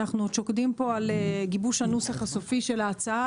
אנחנו עוד שוקדים על גיבוש הנוסח הסופי של ההצעה.